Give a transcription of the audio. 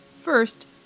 First